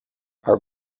our